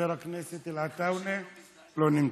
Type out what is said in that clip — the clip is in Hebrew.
אינו נוכח.